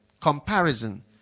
Comparison